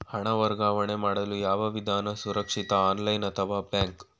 ಹಣ ವರ್ಗಾವಣೆ ಮಾಡಲು ಯಾವ ವಿಧಾನ ಸುರಕ್ಷಿತ ಆನ್ಲೈನ್ ಅಥವಾ ಬ್ಯಾಂಕ್?